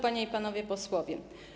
Panie i Panowie Posłowie!